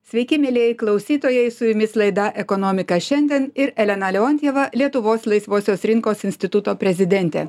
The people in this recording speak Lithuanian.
sveiki mielieji klausytojai su jumis laida ekonomika šiandien ir elena leontjeva lietuvos laisvosios rinkos instituto prezidentė